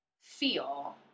feel